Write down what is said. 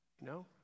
No